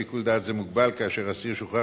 שיקול דעת זה מוגבל כאשר האסיר ששוחרר